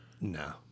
No